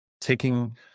taking